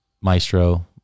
maestro